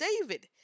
David